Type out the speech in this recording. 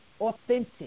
authentic